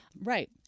right